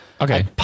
Okay